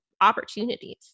opportunities